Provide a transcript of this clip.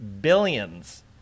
billions